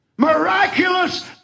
miraculous